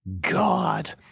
God